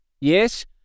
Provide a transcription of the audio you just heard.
Yes